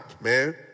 man